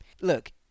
Look